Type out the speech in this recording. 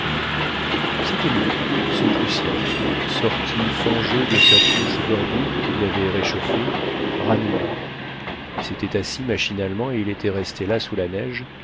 c'était lui son prussien sorti fangeux de sa couche d'ordure qui l'avait réchauffé ranimé il s'était assis machinalement et il restait là sous la neige